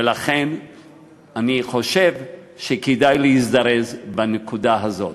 ולכן אני חושב שכדאי להזדרז בנקודה הזאת.